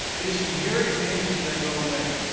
it is for your advantage that i go away,